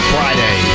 Friday